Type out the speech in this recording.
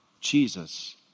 Jesus